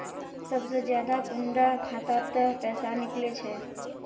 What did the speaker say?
सबसे ज्यादा कुंडा खाता त पैसा निकले छे?